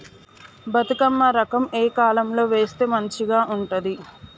బతుకమ్మ రకం ఏ కాలం లో వేస్తే మంచిగా ఉంటది?